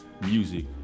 music